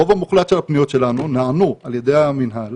הרוב המוחלט של הפניות שלנו נענו על ידי המינהל